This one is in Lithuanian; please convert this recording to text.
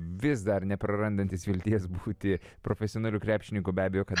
vis dar neprarandantis vilties būti profesionaliu krepšininku be abejo kad